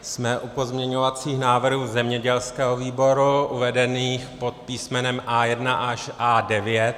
Jsme u pozměňovacích návrhů zemědělského výboru uvedených pod písmenem A1 až A9.